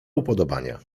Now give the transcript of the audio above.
upodobania